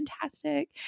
fantastic